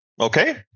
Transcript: okay